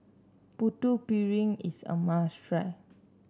Putu Piring is a must try